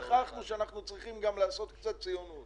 שכחנו שאנחנו צריכים גם לעשות קצת ציונות